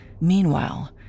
Meanwhile